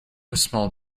small